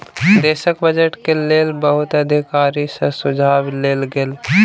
देशक बजट के लेल बहुत अधिकारी सॅ सुझाव लेल गेल